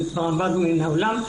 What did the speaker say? זה כבר אבד מן העולם.